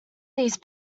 these